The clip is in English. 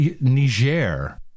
Niger